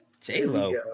J-Lo